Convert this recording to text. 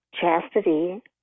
chastity